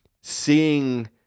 seeing